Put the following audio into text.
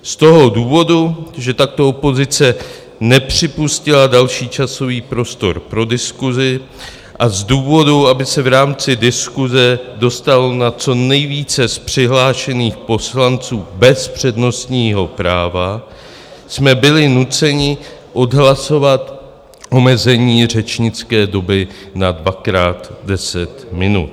Z toho důvodu, že takto opozice nepřipustila další časový prostor pro diskusi a z důvodu, aby se v rámci diskuse dostalo na co nejvíce z přihlášených poslanců bez přednostního práva, jsme byli nuceni odhlasovat omezení řečnické doby na dvakrát 10 minut.